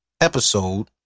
episode